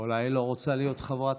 אולי היא לא רוצה להיות חברת